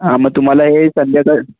हं मग तुम्हाला हे सध्या तर